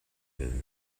than